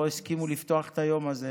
לא הסכימו לפתוח את היום הזה